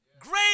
Great